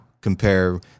compare